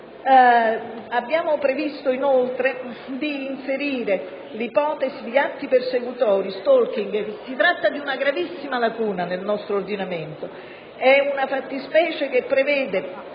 Abbiamo previsto inoltre di inserire l'ipotesi di atti persecutori come lo *stalking*. Si tratta di una gravissima lacuna nel nostro ordinamento. È una fattispecie che prevede